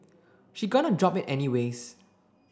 she gonna drop it anyways